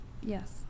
yes